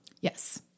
yes